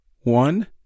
one